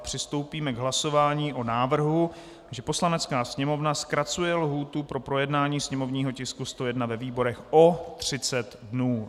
Přistoupíme k hlasování o návrhu, že Poslanecká sněmovna zkracuje lhůtu pro projednání sněmovního tisku 101 ve výborech o 30 dnů.